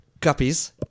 guppies